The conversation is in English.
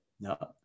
No